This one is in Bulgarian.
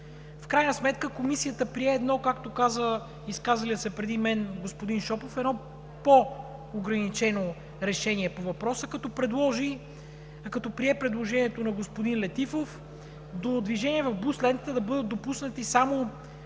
В крайна сметка Комисията прие едно, както каза изказалият се преди мен господин Шопов, по-ограничено решение по въпроса, като прие предложението на господин Летифов до движение в бус лентата да бъдат допуснати само